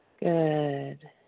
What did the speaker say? Good